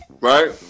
right